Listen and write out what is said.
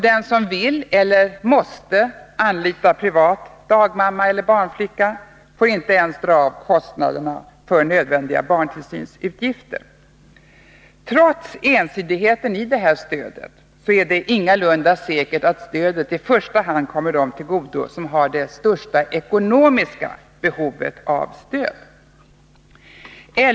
Den som vill eller måste anlita privat dagmamma eller barnflicka får inte ens dra av kostnaderna för nödvändiga barntillsynsutgifter. Trots ensidigheten i stödet, är det ingalunda säkert att stödet i första hand kommer dem till godo som har det största ekonomiska behovet av stöd.